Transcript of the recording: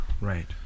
Right